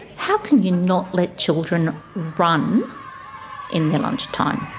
how can you not let children run in their lunchtime?